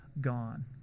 gone